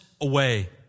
away